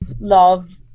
love